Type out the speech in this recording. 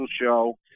show